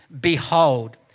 behold